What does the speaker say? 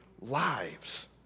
lives